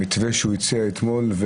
המתווה שהוא הציע אתמול,